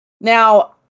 now